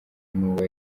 n’uwo